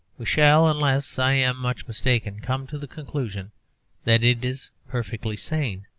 we shall, unless i am much mistaken, come to the conclusion that it is perfectly sane,